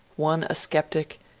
one a sceptic,